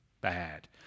bad